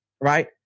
right